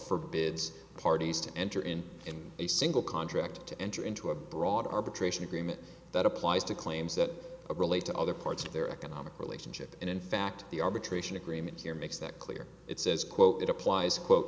forbids parties to enter in in a single contract to enter into a broad arbitration agreement that applies to claims that relate to other parts of their economic relationship and in fact the arbitration agreement here makes that clear it says quote it applies quote